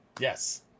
Yes